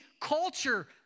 culture